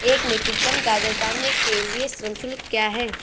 एक metric ton गाजर उतारने के लिए श्रम शुल्क क्या है?